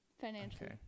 financially